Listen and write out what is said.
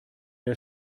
der